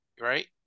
right